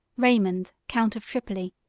raymond count of tripoli,